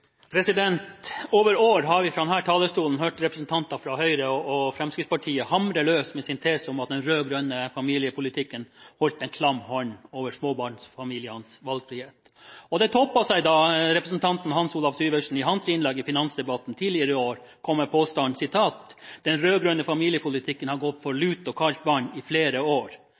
debatter. Over år har vi hørt representanter fra Høyre og Fremskrittspartiet fra denne talerstolen hamre løs med sin tese om at den rød-grønne familiepolitikken holdt en klam hånd over småbarnsfamilienes valgfrihet. Det toppet seg da representanten Hans Olav Syversen i sitt innlegg i finansdebatten tidligere i år kom med påstanden om at den rød-grønne familiepolitikken «har gått for lut og kaldt vann i flere år.